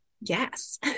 Yes